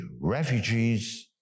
refugees